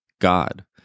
God